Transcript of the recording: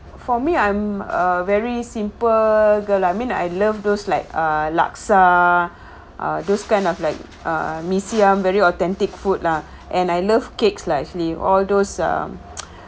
for me I'm a very simple girl I mean I love those like uh laksa ah those kind of like uh mee siam very authentic food lah and I love cakes lah actually all those uh